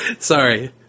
Sorry